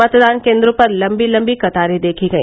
मतदान केन्द्रों पर लम्बी लम्बी कतारें देखी गई